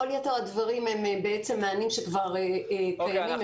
כל יתר הדברים הם מענים שכבר קיימים.